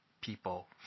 people